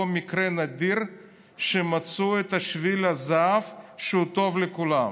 אותו מקרה נדיר שמצאו את שביל הזהב שהוא טוב לכולם.